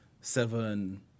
seven